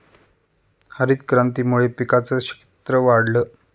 हरितक्रांतीमुळे पिकांचं क्षेत्र वाढलं